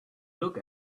look